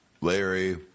Larry